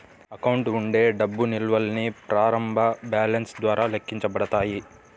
account ఉండే డబ్బు నిల్వల్ని ప్రారంభ బ్యాలెన్స్ ద్వారా లెక్కించబడతాయి